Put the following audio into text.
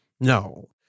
No